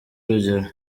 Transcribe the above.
urugero